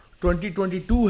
2022